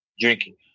drinking